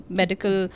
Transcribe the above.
medical